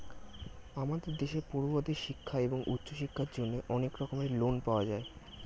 আমাদের দেশে পড়ুয়াদের শিক্ষা এবং উচ্চশিক্ষার জন্য অনেক রকমের লোন পাওয়া যায়